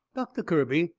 doctor kirby,